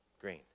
Green